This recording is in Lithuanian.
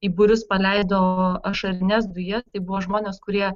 į būrius paleido ašarines dujas tai buvo žmonės kurie